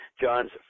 John's